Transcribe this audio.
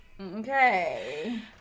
Okay